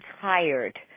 tired